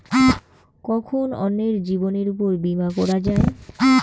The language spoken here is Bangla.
কখন অন্যের জীবনের উপর বীমা করা যায়?